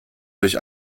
durch